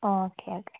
okay okay